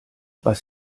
was